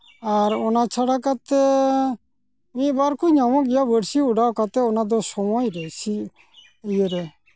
ᱟᱨ ᱚᱱᱟ ᱪᱷᱟᱲᱟ ᱠᱟᱛᱮᱫ ᱢᱤᱫᱼᱵᱟᱨ ᱠᱚ ᱧᱟᱢᱚᱜ ᱜᱮᱭᱟ ᱵᱟᱹᱲᱥᱤ ᱚᱰᱟᱣ ᱠᱟᱛᱮᱫ ᱚᱱᱟ ᱫᱚ ᱥᱚᱢᱚᱭ ᱨᱮ ᱥᱤ ᱤᱭᱟᱹ ᱨᱮ